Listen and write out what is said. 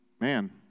man